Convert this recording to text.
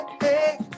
hey